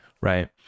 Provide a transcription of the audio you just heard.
right